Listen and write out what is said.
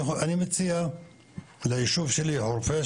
אני מציע ליישוב שלי חורפיש,